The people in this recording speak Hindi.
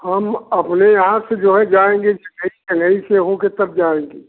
हम अपने यहाँ से जो है जाएँगे जंघई जंघई से हो कर तब जाएँगे